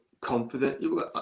confident